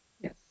Yes